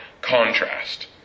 contrast